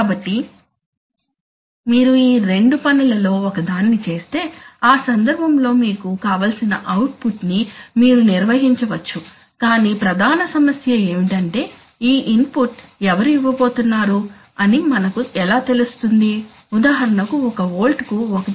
కాబట్టి మీరు ఈ రెండు పనులలో ఒకదాన్ని చేస్తే ఆ సందర్భంలో మీకు కావలసిన అవుట్ పుట్ ని మీరు నిర్వహించవచ్చు కాని ప్రధాన సమస్య ఏమిటంటే ఈ ఇన్పుట్ ఎవరు ఇవ్వబోతున్నారు అని మనకు ఎలా తెలుస్తుంది ఉదాహరణకు 1 వోల్ట్ కు 1